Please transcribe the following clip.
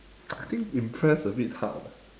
I think impressed a bit hard leh